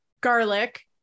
Garlic